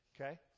okay